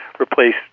replace